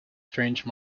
strange